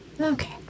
okay